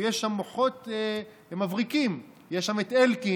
ויש שם מוחות מבריקים: יש שם את אלקין,